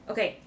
Okay